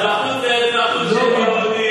כשאתם אומרים "זכויות" זה זכויות של יהודים,